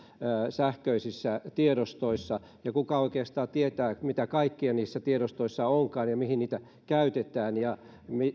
sähköisissä tiedostoissa ja kuka oikeastaan tietää mitä kaikkea niissä tiedostoissa onkaan ja mihin niitä käytetään ja